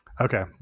Okay